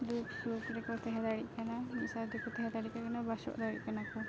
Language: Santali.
ᱫᱩᱠᱼᱥᱩᱠᱷ ᱨᱮᱠᱚ ᱛᱮᱦᱮᱸ ᱫᱟᱲᱮᱜ ᱠᱟᱱᱟ ᱢᱤᱫᱥᱟᱶᱛᱮᱠᱚ ᱛᱮᱦᱮᱸ ᱫᱟᱲᱮᱣᱟᱜ ᱠᱟᱱᱟ ᱵᱟᱥᱚᱜ ᱫᱟᱲᱮᱜ ᱠᱟᱱᱟᱠᱚ